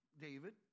David